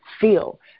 feel